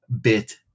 bit